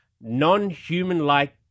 non-human-like